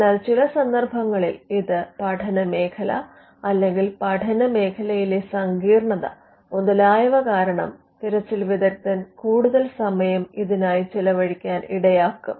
എന്നാൽ ചില സന്ദർഭങ്ങളിൽ ഇത് പഠന മേഖല അല്ലെങ്കിൽ പഠനമേഖലയിലെ സങ്കീർണ്ണത മുതലായവ കാരണം തിരച്ചിൽ വിദഗ്ധൻ കൂടുതൽ സമയം ഇതിനായി ചിലവഴിക്കാൻ ഇടയാക്കും